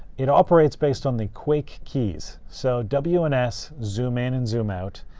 it operates based on the quake keys, so w and s zoom in and zoom out,